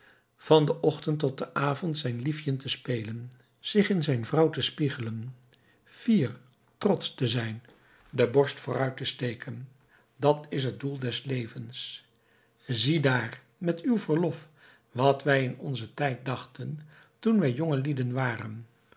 van den ochtend tot den avond zijn liefjen te streelen zich in zijn vrouw te spiegelen fier trotsch te zijn de borst vooruit te steken dat is het doel des levens ziedaar met uw verlof wat wij in onzen tijd dachten toen wij jongelieden waren